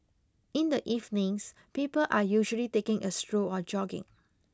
in the evenings people are usually taking a stroll or jogging